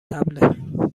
طبله